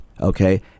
okay